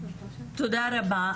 תודה רבה.